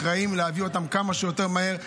אחראים להביא אותם כמה שיותר מהר.